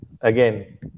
again